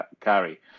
carry